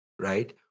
Right